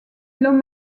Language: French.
l’homme